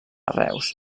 reus